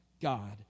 God